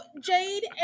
Jade